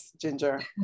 Ginger